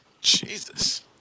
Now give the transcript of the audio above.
Jesus